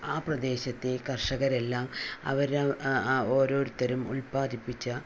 ആ പ്രദേശത്തെ കർഷകരെല്ലാം അവർ ഓരോരുത്തരും ഉല്പാദിപ്പിച്ച